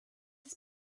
his